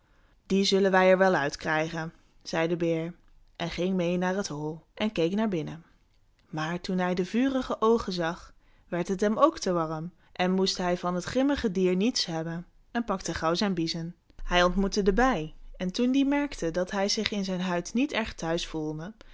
die zullen wij er wel uit krijgen zei de beer hij ging meê naar het hol en keek naar binnen maar toen hij de vurige oogen zag werd het hem ook te warm hij moest van het grimmige dier niets hebben en pakte gauw zijn biezen hij ontmoette de bij en toen die merkte dat hij zich in zijn huid niet erg thuis voelde